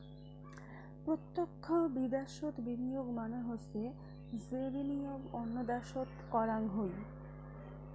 প্রতক্ষ বিদ্যাশোত বিনিয়োগ মানে হসে যে বিনিয়োগ অন্য দ্যাশোত করাং হই